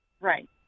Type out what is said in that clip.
Right